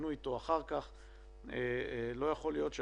תתחשבנו אתו אחר כך.